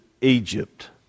Egypt